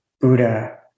Buddha